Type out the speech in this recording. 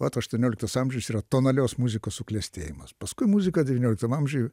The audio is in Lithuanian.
vat aštuonioliktas amžius yra tonalios muzikos suklestėjimas paskui muzika devynioliktam amžiuj